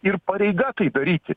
ir pareiga tai daryti